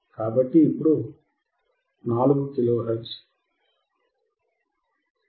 కాబట్టి ఇప్పుడు 4 kilo hertz 4 kilo hertz